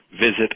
visit